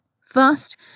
First